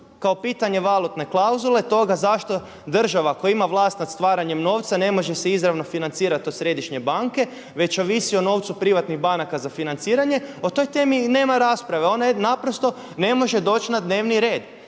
kao pitanje valutne klauzule toga zašto država koja ima vlast nad stvaranjem novca ne može se izravno financirati od središnje banke već ovisi o novcu privatnih banaka za financiranje o toj temi nema rasprave, ona naprosto ne može doći na dnevni red.